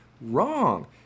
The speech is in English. Wrong